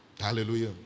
Hallelujah